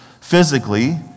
physically